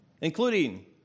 including